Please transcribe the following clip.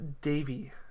Davy